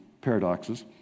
paradoxes